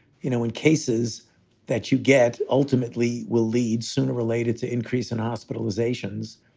you know, in cases that you get ultimately will lead sooner related to increase in hospitalizations,